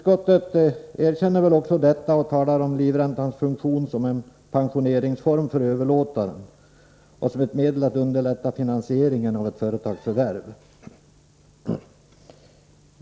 Detta erkänns också av utskottet, som talar om livräntans funktion som en pensioneringsform för överlåtaren och som ett medel för att underlätta finansieringen av ett företagsförvärv.